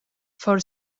for